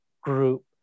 group